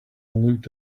looked